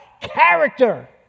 Character